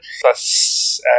plus